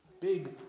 big